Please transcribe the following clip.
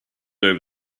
over